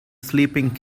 sleeping